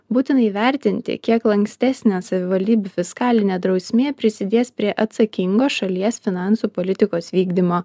būtina įvertinti kiek lankstesnė savivaldybių fiskalinė drausmė prisidės prie atsakingos šalies finansų politikos vykdymo